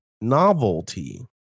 novelty